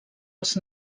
els